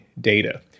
data